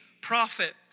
prophet